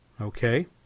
okay